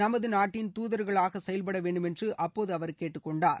நமது நாட்டின் தூதர்களாக செயல்பட வேண்டும் என்று அப்போது அவர் கேட்டுக்கொண்டார்